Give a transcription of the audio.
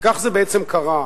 וכך זה בעצם קרה.